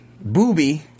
Booby